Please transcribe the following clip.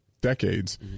decades